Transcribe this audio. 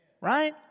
right